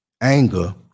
anger